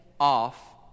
off